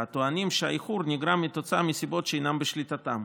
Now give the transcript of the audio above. טוענים שהאיחור נגרם מסיבות שאינן בשליטתם,